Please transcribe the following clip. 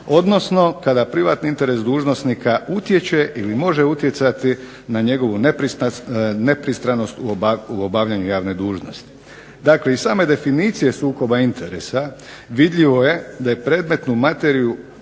odnosno kada privatni interes dužnosnika utječe ili može utjecati na njegovu nepristranost u obavljanju javne dužnosti. Dakle, iz sam definicije sukoba interesa vidljivo je da je predmetnu materiju